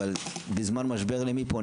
אבל בזמן משבר למי פונים?